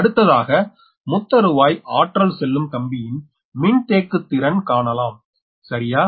அடுத்ததாக முத்தறுவாய் ஆற்றல் செல்லும் கம்பியின் மின்தேக்குத்திறன் காணலாம் சரியா